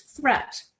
threat